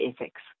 ethics